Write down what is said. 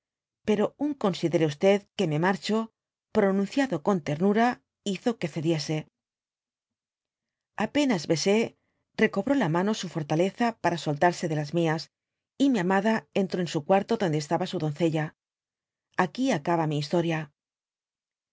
pero un considere xd que me marcho pronunciado con ternura hizo que cediese apenas dby google besé recobró la maiio su fortaleza pa soliarse de las nyasy y mi amada entró en su cuarto donde estaba su doncella aquí acaba mi historia